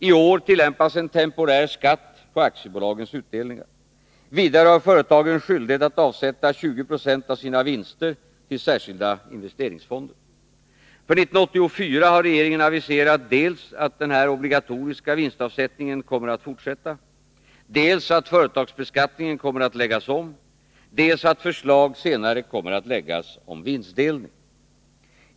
I år tillämpas en temporär skatt på aktiebolagens utdelningar. Vidare har företagen skyldighet att avsätta 20 Zo av sina vinster till särskilda investeringsfonder. För 1984 har regeringen aviserat dels att den här obligatoriska vinstavsättningen kommer att fortsätta, dels att företagsbeskattningen kommer att läggas om, dels att förslag om vinstdelning senare kommer att läggas fram.